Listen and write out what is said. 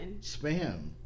Spam